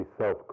self